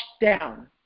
down